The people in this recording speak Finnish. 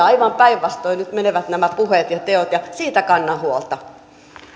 aivan päinvastoin nyt menevät nämä puheet ja teot ja siitä kannan huolta